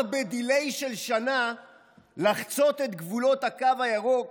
ב-Delay של שנה לחצות את גבולות הקו הירוק